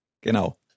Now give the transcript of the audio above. Genau